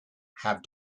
have